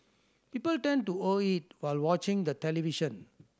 people tend to over eat while watching the television